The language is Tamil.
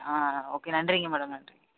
ஆ ஓகே நன்றிங்க மேடம் நன்றி